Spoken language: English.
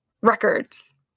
records